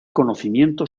conocimiento